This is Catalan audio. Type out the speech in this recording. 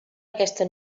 aquesta